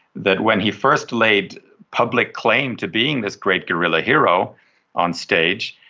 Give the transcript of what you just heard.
that when he first laid public claim to being this great guerrilla hero on stage,